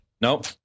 Nope